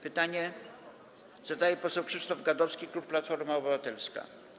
Pytanie zadaje poseł Krzysztof Gadowski, klub Platforma Obywatelska.